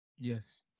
Yes